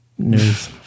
News